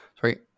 Sorry